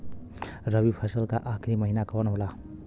रवि फसल क आखरी महीना कवन होला?